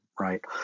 right